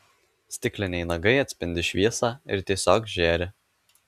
stikliniai nagai atspindi šviesą ir tiesiog žėri